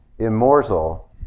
Immortal